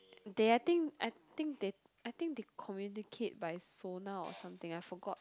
they I think I think they I think they communicate by sonar or something I forgot